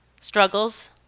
struggles